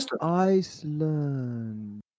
Iceland